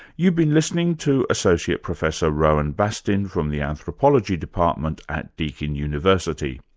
you've been listening to associate professor rohan bastin from the anthropology department at deakin university.